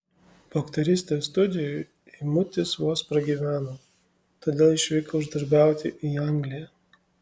po aktorystės studijų eimutis vos pragyveno todėl išvyko uždarbiauti į angliją